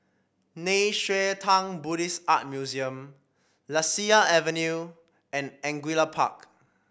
Nei Xue Tang Buddhist Art Museum Lasia Avenue and Angullia Park